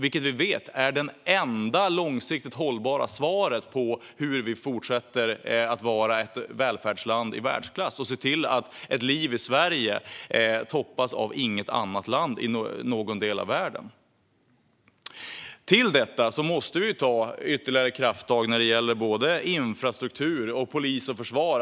Vi vet också att det är det enda långsiktigt hållbara svaret på hur Sverige ska fortsätta att vara ett välfärdsland i världsklass som inte toppas av något annat land i världen. Utöver detta måste vi ta ytterligare krafttag vad gäller såväl infrastruktur som polis och försvar.